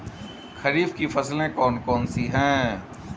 खरीफ की फसलें कौन कौन सी हैं?